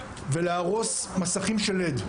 להרוס מצלמות ולהרוס מסכי לד.